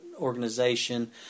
organization